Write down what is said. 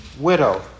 widow